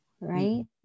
right